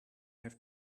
have